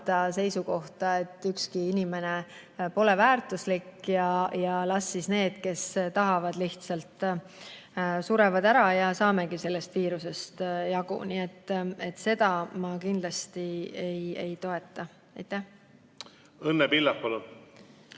seisukohta, et iga inimene pole väärtuslik ja las siis need, kes tahavad, lihtsalt surevad ära ja saamegi sellest viirusest jagu. Seda ma kindlasti ei toeta. Õnne Pillak, palun!